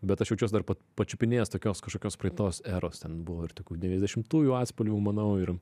bet aš jaučiuos dar pa pačiupinėjęs tokios kažkokios praeitos eros ten buvo ir tokių devyniasdešimųjų atspalvių manau ir